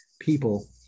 people